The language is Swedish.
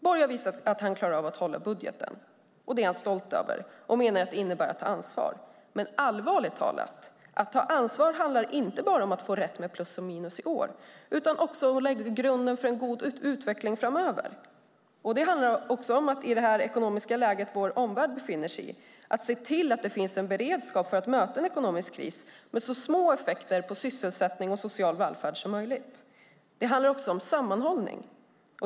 Borg har visat att han klarar av att hålla budgeten. Det är han stolt över, och han menar att det innebär att ta ansvar. Men allvarligt talat: Att ta ansvar handlar inte bara om att få rätt med plus och minus i år utan också om att lägga grunden för en god utveckling framöver. Det handlar också om att i det ekonomiska läge vår omvärld befinner sig i se till att det finns en beredskap för att möta en ekonomisk kris med så små effekter på sysselsättning och social välfärd som möjligt. Det handlar också om sammanhållning.